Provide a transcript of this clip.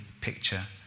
picture